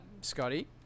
Scotty